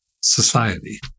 society